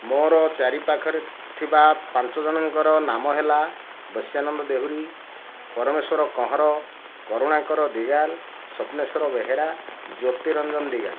ମୋର ଚାରି ପାଖରେ ଥିବା ପାଞ୍ଚଜଣଙ୍କର ନାମ ହେଲା ବତ୍ସ୍ୟାନନ୍ଦ ଦେହୁରି ପରମେଶ୍ୱର କହଁର କରୁଣାକର ଦିଗାଲ ସ୍ଵପ୍ନେଶ୍ୱର ବେହେରା ଜ୍ୟୋତିରଞ୍ଜନ ଦିଗାଲ